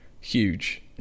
Huge